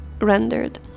rendered